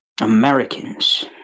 Americans